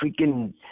freaking